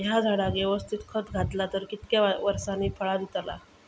हया झाडाक यवस्तित खत घातला तर कितक्या वरसांनी फळा दीताला?